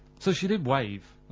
so she did wave.